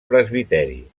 presbiteri